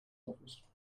office